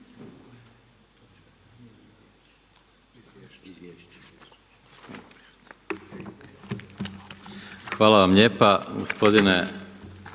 Hvala vam lijepa, gospodine